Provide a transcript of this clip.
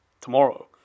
tomorrow